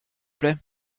plaît